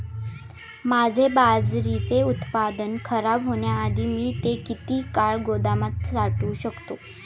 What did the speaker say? माझे बाजरीचे उत्पादन खराब होण्याआधी मी ते किती काळ गोदामात साठवू शकतो?